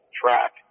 track